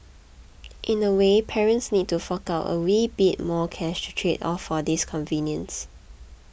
in a way parents need to fork out a wee bit more cash to trade off for this convenience